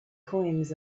coins